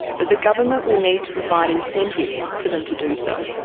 but the government will need to provide incentives for them to do so.